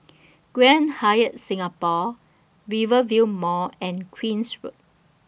Grand Hyatt Singapore Rivervale Mall and Queen's Road